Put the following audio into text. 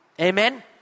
Amen